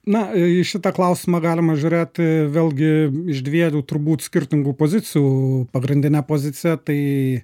na į šitą klausimą galima žiūrėti vėlgi iš dviejų turbūt skirtingų pozicijų pagrindinė poziciją tai